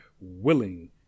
willing